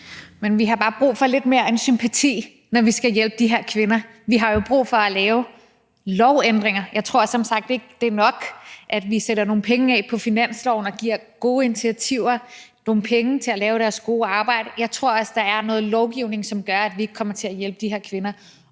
Vi har bare brug for lidt mere end sympati, når vi skal hjælpe de her kvinder. Vi har jo brug for at lave lovændringer. Jeg tror som sagt ikke, det er nok, at vi sætter nogle penge af på finansloven og giver gode initiativer nogle penge til at lave deres gode arbejde. Jeg tror også, der er noget lovgivning, som gør, at vi ikke kommer til at hjælpe de her kvinder,